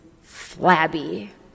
flabby